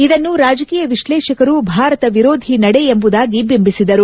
ಇದನ್ನು ರಾಜಕೀಯ ವಿಶ್ಲೇಷಕರು ಭಾರತ ವಿರೋಧಿ ನಡೆ ಎಂಬುದಾಗಿ ಬಿಂಬಿಸಿದರು